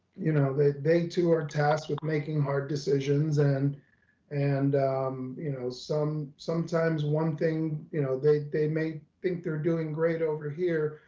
you know they they too are tasked with making hard decisions and and you know, some, sometimes one thing, you know they they may think they're doing great over here,